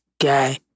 guy